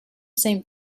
same